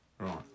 Right